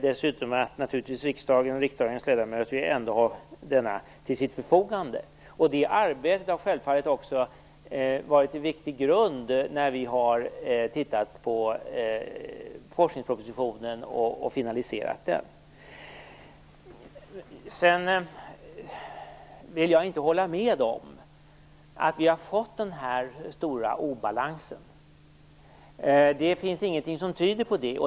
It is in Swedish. Dessutom har riksdagens ledamöter ändå denna till sitt förfogande. Det arbetet har självfallet varit en viktig grund när vi har arbetat med forskningspropositionen och finaliserat den. Jag vill inte hålla med om att vi har fått den här stora obalansen. Det finns ingenting som tyder på det.